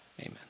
Amen